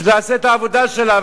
שתעשה את העבודה שלה.